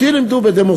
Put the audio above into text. אותי לימדו שבדמוקרטיה,